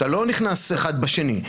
אתה לא נכנס אחד בשני,